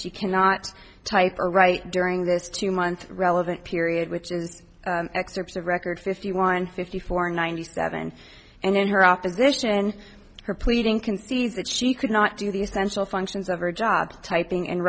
she cannot type or write during this two month relevant period which is excerpts of record fifty one fifty four ninety seven and in her opposition her pleading concede that she could not do the essential functions of her job typing and